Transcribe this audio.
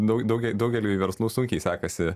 daug daugel daugeliui verslų sunkiai sekasi